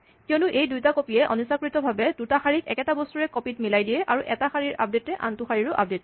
কিয়নো এই দুইটা কপিয়ে অনিচ্ছাকৃতভাৱে দুটা শাৰীক একেটা বস্তুৰে কপি ত মিলাই দিয়ে আৰু এটা শাৰীৰ আপডেটে আনটো শাৰীৰো আপডে়ট কৰে